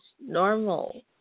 normal